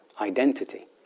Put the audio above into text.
identity